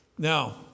Now